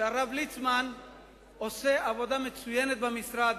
שהרב ליצמן עושה עבודה מצוינת במשרד,